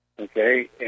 Okay